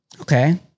okay